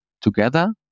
together